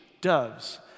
doves